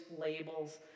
labels